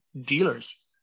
dealers